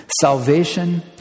Salvation